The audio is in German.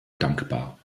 dankbar